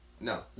No